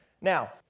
Now